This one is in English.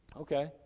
Okay